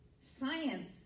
science